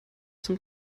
zum